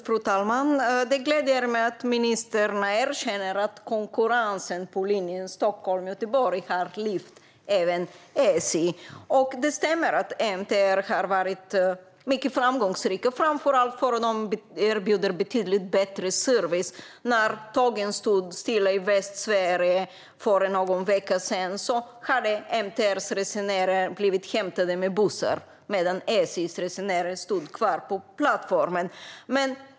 Fru talman! Det gläder mig att ministern erkänner att konkurrensen på linjen Stockholm-Göteborg har lyft även SJ. Det stämmer att MTR att varit mycket framgångsrikt, framför allt för att man erbjuder mycket bättre service. När tågen stod stilla i Västsverige för någon vecka sedan blev MTR:s resenärer hämtade med bussar medan SJ:s resenärer stod kvar på plattformen.